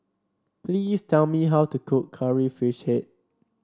please tell me how to cook Curry Fish Head